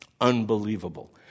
unbelievable